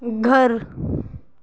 घर